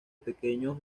pequeños